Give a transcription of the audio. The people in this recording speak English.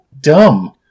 dumb